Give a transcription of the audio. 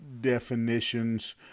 definitions